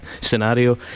scenario